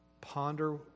ponder